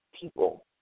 people